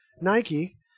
Nike